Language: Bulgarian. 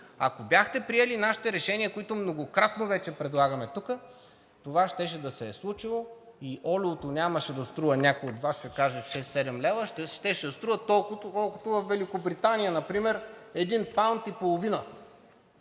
Ако бяхте приели нашите решения, които многократно вече предлагаме тук, това щеше да се е случило и олиото нямаше да струва – някой от Вас ще каже: шест-седем лева, а щеше да струва толкова, колкото във Великобритания например – един